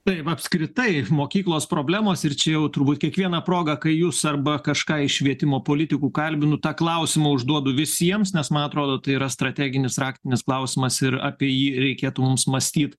tai apskritai mokyklos problemos ir čia jau turbūt kiekviena proga kai jūs arba kažką iš švietimo politikų kalbinu tą klausimą užduodu visiems nes man atrodo tai yra strateginis raktinis klausimas ir apie jį reikėtų mums mąstyt